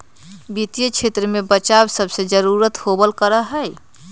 वित्तीय क्षेत्र में बचाव सबसे जरूरी होबल करा हई